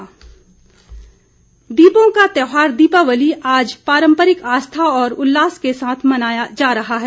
प्रधानमंत्री दीपों का त्यौहार दीपावली आज पारंपरिक आस्था और उल्लास के साथ मनाया जा रहा है